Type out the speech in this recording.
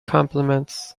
compliments